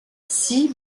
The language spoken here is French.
six